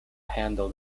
handle